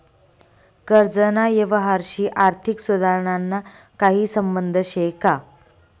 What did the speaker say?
कर्जना यवहारशी आर्थिक सुधारणाना काही संबंध शे का?